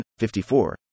54